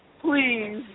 please